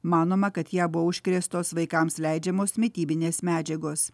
manoma kad ją buvo užkrėstos vaikams leidžiamos mitybinės medžiagos